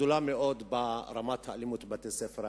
גדולה מאוד ברמת האלימות בבתי-הספר האמריקניים,